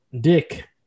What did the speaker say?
Dick